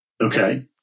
Okay